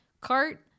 cart